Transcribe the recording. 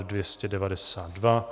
292.